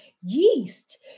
Yeast